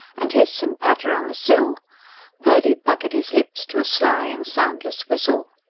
and hiss and spatter on the sill purdy puckered his lips to a sly and soundless whistle.